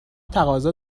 تقاضا